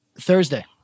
Thursday